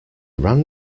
ran